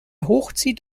hochzieht